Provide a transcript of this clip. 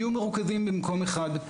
יהיו מרוכזים במקום אחד.